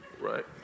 right